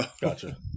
Gotcha